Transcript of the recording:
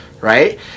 right